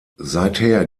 seither